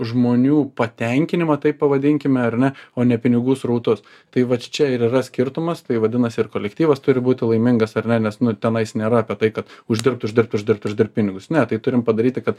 žmonių patenkinimą taip pavadinkime ar ne o ne pinigų srautus tai vat čia ir yra skirtumas tai vadinasi ir kolektyvas turi būti laimingas ar ne nes nu tenais nėra apie tai kad uždirbt uždirbt uždirbt uždirbt pinigus ne tai turim padaryti kad